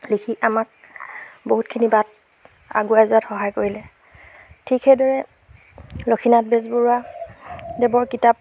লিখি আমাক বহুতখিনি বাট আগুৱাই যোৱাত সহায় কৰিলে ঠিক সেইদৰে লক্ষীনাথ বেজবৰুৱাদেৱৰ কিতাপ